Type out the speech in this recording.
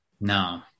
No